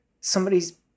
somebody's